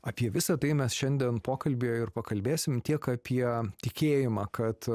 apie visa tai mes šiandien pokalbyje ir pakalbėsim tiek apie tikėjimą kad